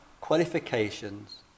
qualifications